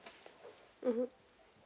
mmhmm